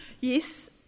Yes